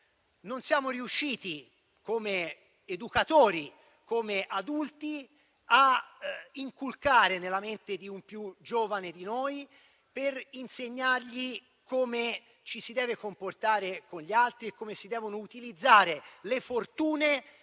non siamo riusciti, come educatori e come adulti, a inculcare nella mente dei più giovani di noi, per insegnare loro come ci si deve comportare con gli altri e come si devono utilizzare le fortune